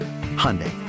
Hyundai